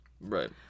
Right